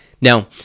Now